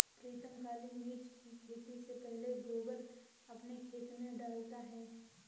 प्रीतम काली मिर्च की खेती से पहले गोबर अपने खेत में डालता है